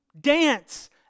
dance